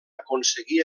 aconseguí